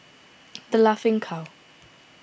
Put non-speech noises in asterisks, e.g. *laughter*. *noise* the Laughing Cow